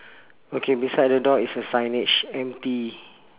okay beside the dog is a signage empty